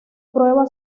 prueba